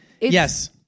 Yes